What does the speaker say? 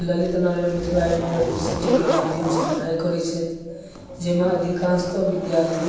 ललित नारायण मिथिला यूनिवर्सिटीके माध्यमसँ पढ़ाइ करै छथि जाहिमे अधिकांशतः विद्यार्थी